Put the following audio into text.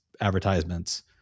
advertisements